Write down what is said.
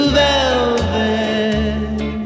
velvet